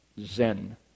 Zen